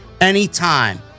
anytime